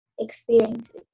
experiences